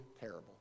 terrible